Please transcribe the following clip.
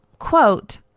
quote